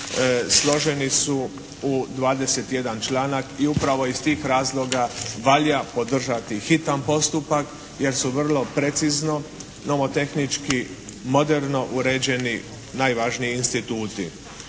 složeni su u 21 članak i upravo iz tih razloga valja podržati hitan postupak jer su vrlo precizno nomotehnički moderno uređeni najvažniji instituti.